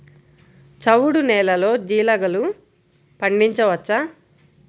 చవుడు నేలలో జీలగలు పండించవచ్చా?